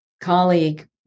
colleague